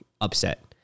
upset